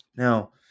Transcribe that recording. Now